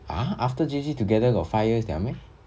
ah after J_C together got five years liao meh